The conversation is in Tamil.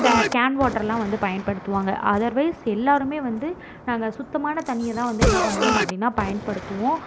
இதை கேன் வாட்டர்லாம் வந்து பயன்படுத்துவாங்க அதர்வைஸ் எல்லாருமே வந்து நாங்கள் சுத்தமான தண்ணியைத்தான் வந்து என்ன பண்ணுவோம் அப்படினா பயன்படுத்துவோம்